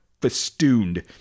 festooned